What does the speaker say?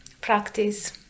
practice